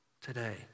today